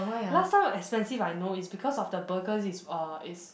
last time expensive I know is because of the burger is uh is